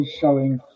showing